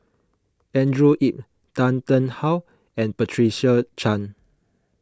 Andrew Yip Tan Tarn How and Patricia Chan